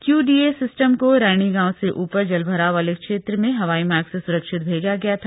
Q D A system को रैणी गांव से ऊपर जलभराव वाले क्षेत्र में हवाईमार्ग से सुरक्षित भेजा गया था